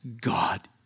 God